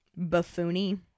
buffoony